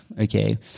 okay